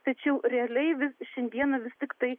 tačiau realiai vis šiandieną vis tiktai